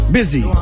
Busy